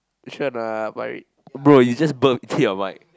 sure or not ah Parish bro you just burped into your mic